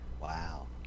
Wow